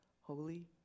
holy